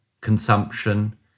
consumption